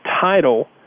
title